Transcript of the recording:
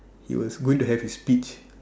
he was going to have his speech